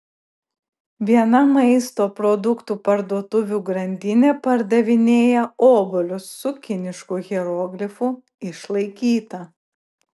viena maisto produktų parduotuvių grandinė pardavinėja obuolius su kinišku hieroglifu išlaikyta